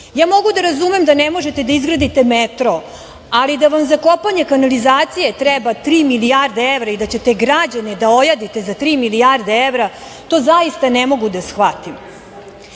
ja mogu da razumem da ne možete da izgradite metro, ali da vam za kopanje kanalizacije treba tri milijarde evra i da ćete građane da ojadite za tri milijarde evra, to zaista ne mogu da shvatim. Mi